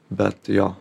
bet jo